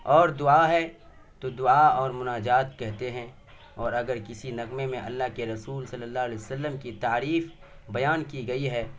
اور دعا ہے تو دعا اور مناجات کہتے ہیں اور اگر کسی نغمے میں اللہ کے رسول صلی اللہ علیہ و سلم کی تعریف بیان کی گئی ہے